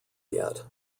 yet